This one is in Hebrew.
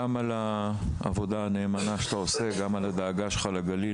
גם על העבודה הנאמנה שאתה עושה וגם על הדאגה שלך לגליל,